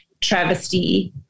travesty